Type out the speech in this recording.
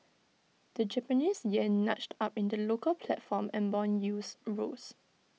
the Japanese Yen nudged up in the local platform and Bond yields rose